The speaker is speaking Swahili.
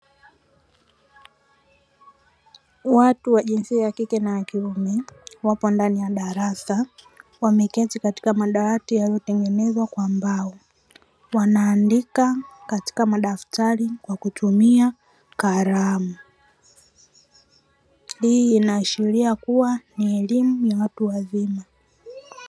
Watu wa jinsia ya kike na ya kiume wapo ndani ya darasa wameketi katika madawati yaliyotengenezwa kwa mbao wanaandika katika madaftari kwa kutumia kalamu. Hii inaashiria kuwa ni elimu ya watu wazima.